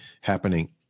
happening